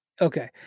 Okay